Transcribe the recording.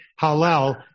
halal